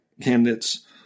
candidates